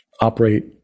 operate